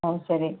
ம் சரி